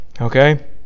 Okay